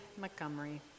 Montgomery